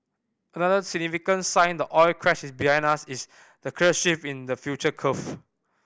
another significant sign the oil crash is behind us is the clear shift in the futures curve